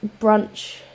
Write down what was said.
brunch